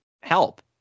help